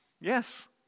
yes